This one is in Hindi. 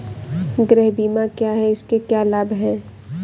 गृह बीमा क्या है इसके क्या लाभ हैं?